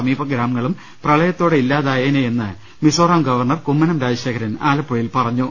സമീപഗ്രാമങ്ങളും പ്രളയത്തോടെ ഇല്ലാതായേനെ എന്ന് മിസോറാം ഗവർണർ കുമ്മനം രാജശേഖരൻ ആലപ്പുഴയിൽ പറഞ്ഞു